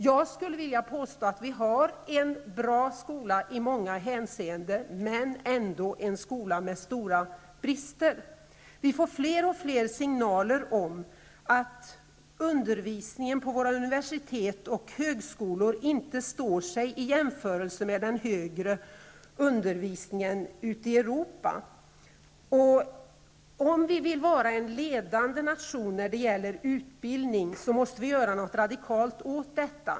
Jag vill påstå att vi i många hänseenden har en bra skola men ändå en skola med stora brister. Vi får fler och fler signaler om att undervisningen på våra universitet och högskolor inte står sig jämfört med den högre undervisningen ute i Europa. Om vi vill vara en ledande nation på utbildningsområdet måste vi göra något radikalt åt detta.